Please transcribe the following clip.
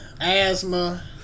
asthma